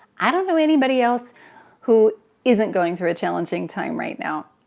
i don't know anybody else who isn't going through a challenging time right now.